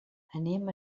anem